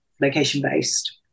location-based